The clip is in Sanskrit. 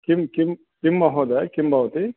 किं किं किं महोदय किं भवति